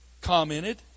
commented